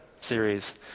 series